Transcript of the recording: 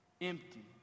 empty